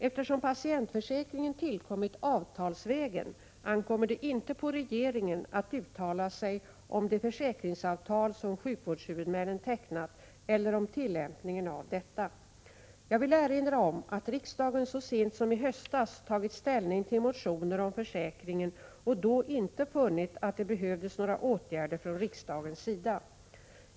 Eftersom patientförsäkringen tillkommit avtalsvägen, ankommer det inte på regeringen att uttala sig om det försäkringsavtal som sjukvårdshuvudmännen tecknat eller om tillämpningen av detta. Jag vill erinra om att riksdagen så sent som i höstas tagit ställning till motioner om försäkringen och då inte funnit att det behövdes några åtgärder från riksdagens sida.